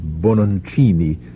Bononcini